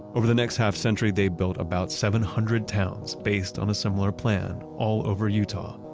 over the next half-century, they built about seven hundred towns based on a similar plan all over utah.